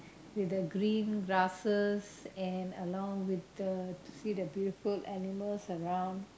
with the green grasses and along with the to see the beautiful animals around